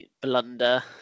blunder